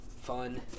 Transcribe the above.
fun